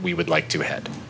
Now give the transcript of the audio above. we would like to head